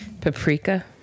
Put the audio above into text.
Paprika